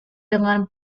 dengan